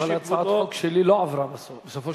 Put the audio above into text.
אבל הצעת החוק שלי לא עברה בסופו של דבר.